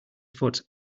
foot